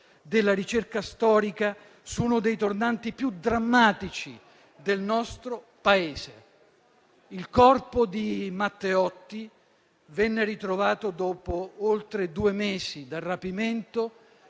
della ricerca storica su uno dei tornanti più drammatici del nostro Paese. Il corpo di Matteotti venne ritrovato dopo oltre due mesi dal rapimento